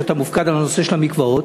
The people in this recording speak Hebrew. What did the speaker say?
שאתה מופקד על נושא המקוואות,